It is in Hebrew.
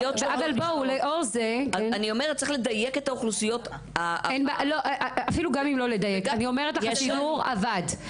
צריך לדייק את האוכלוסיות --- אפילו בלי לדייק הסידור עבד,